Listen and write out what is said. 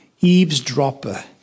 eavesdropper